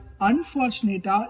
unfortunately